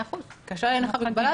100% כאשר אין לך הגבלה.